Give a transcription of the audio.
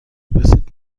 رسید